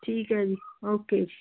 ਠੀਕ ਹੈ ਜੀ ਓਕੇ ਜੀ